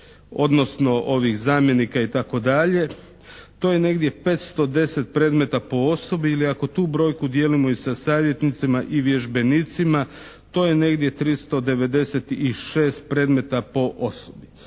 odnosno ovih zamjenika itd. to je negdje 510 predmeta po osobi, ili ako tu brojku dijelimo i sa savjetnicima i vježbenicima to je negdje 396 predmeta po osobi.